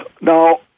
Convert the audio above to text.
Now